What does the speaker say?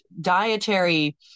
dietary